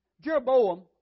Jeroboam